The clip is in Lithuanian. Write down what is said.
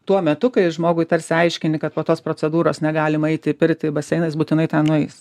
tuo metu kai žmogui tarsi aiškini kad po tos procedūros negalima eiti į pirtį į baseiną jis būtinai ten nueis